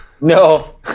No